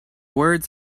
words